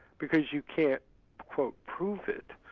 because you can't prove it.